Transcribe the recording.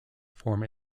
form